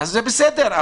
זה בסדר,